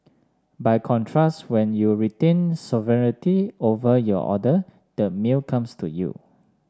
by contrast when you retain sovereignty over your order the meal comes to you